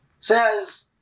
says